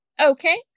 okay